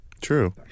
True